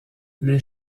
les